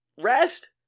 Rest